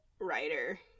writer